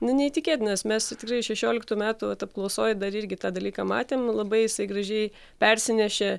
nu neįtikėtinas mes tikrai šešioliktų metų vat apklausoj dar irgi tą dalyką matėm labai jisai gražiai persinešė